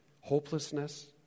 hopelessness